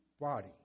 body